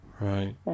Right